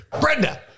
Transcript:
Brenda